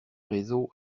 réseau